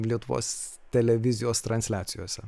lietuvos televizijos transliacijose